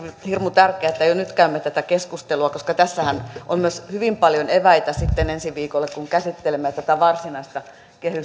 hirmu tärkeää että jo nyt käymme tätä keskustelua koska tässähän on myös hyvin paljon eväitä sitten ensi viikolle kun käsittelemme tätä varsinaista